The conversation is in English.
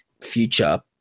future